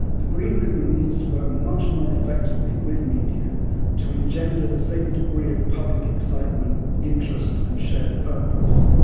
the green movement needs to work much more effectively with media to engender the same degree of public excitement, interest and shared purpose.